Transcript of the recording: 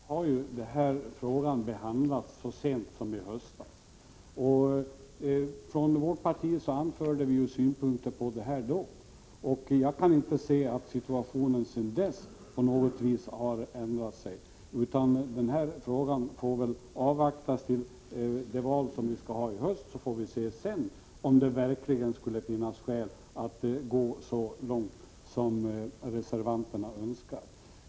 Herr talman! Som jag nyss nämnde har frågan behandlats så sent som i höstas. Från vårt parti anförde vi då synpunkter på den, och jag kan inte se att situationen på något vis har ändrat sig sedan dess. Jag anser att vi bör avvakta till det val vi skall ha i höst. Sedan får vi se om det verkligen finns skäl att gå så långt som reservanterna önskar.